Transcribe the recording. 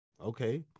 Okay